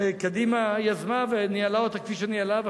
שקדימה יזמה וניהלה אותה כפי שניהלה,